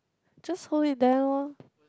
just hold it there loh